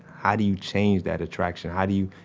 how do you change that attraction? how do you,